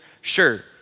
Sure